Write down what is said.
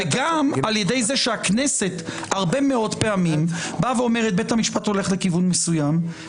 הרי בסופו של דבר אנחנו